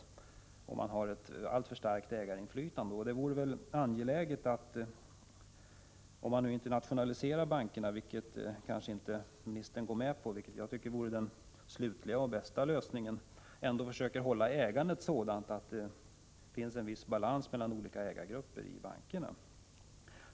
Det kan naturligtvis bli så om man har ett alltför starkt ägarinflytande. Om man inte nationaliserar bankerna — ministern skulle kanske inte gå med på en nationalisering, vilket jag tycker vore den slutliga och bästa lösningen — vore det väl ändå angeläget att försöka se till att det finns en viss balans mellan de olika ägargrupperna i bankerna.